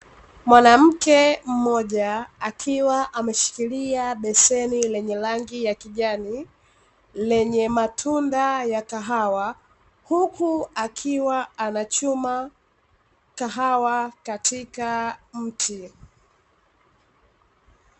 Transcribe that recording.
Mwanamke mmoja akiwa ameshikilia beseni lenye rangi ya kijani, lenye matunda ya kahawa, huku akiwa anachuma kahawa katika mti.